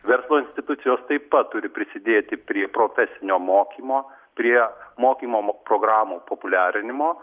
verslo institucijos taip pat turi prisidėti prie profesinio mokymo prie mokymo mo programų populiarinimo